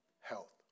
health